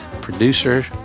producer